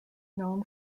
known